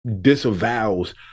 disavows